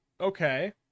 okay